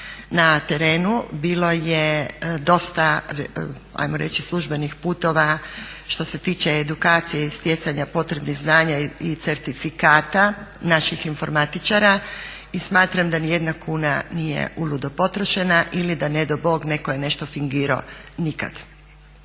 na terenu, bilo je dosta hajmo reći službenih putova što se tiče edukacije i stjecanja potrebnih znanja i certifikata naših informatičara i smatram da ni jedna kuna nije uludo potrošena ili da ne dao bog netko je nešto fingirao. Nikad,